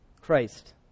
Christ